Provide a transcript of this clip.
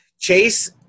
Chase